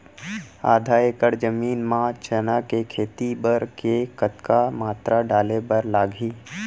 आधा एकड़ जमीन मा चना के खेती बर के कतका मात्रा डाले बर लागही?